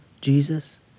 Jesus